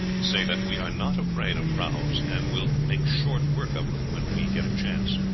say that we are not afraid of prahus, and will make short work of them when we get a chance.